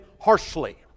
harshly